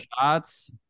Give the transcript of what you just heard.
shots